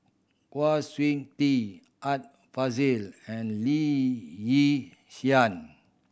Kwa Siew Tee Art Fazil and Lee Yi Shyan